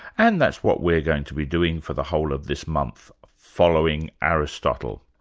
and that's what we're going to be doing for the whole of this month, following aristotle.